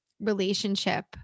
relationship